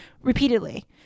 repeatedly